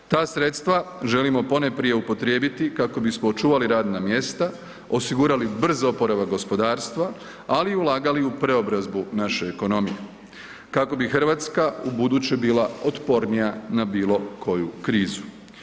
Ta sredstva želimo ponajprije upotrijebiti kako bismo očuvali radna mjesta, osigurali brz oporavak gospodarstva, ali i ulagali u preobrazbu naše ekonomije kako bi Hrvatska ubuduće bila otpornija na bilo koju krizu.